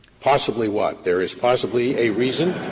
possibly what? there is possibly a reason,